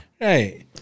Right